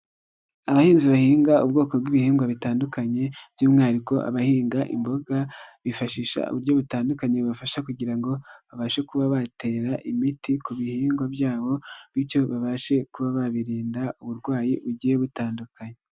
Abahinzi bahinga ubwoko bw'ibihingwa bitandukanye by'umwihariko abahinga imboga, bifashisha uburyo butandukanye, bufasha kugira ngo babashe kuba batera imiti ku bihingwa byabo bityo babashe kuba babirinda, uburwayi ugiye butandukanye.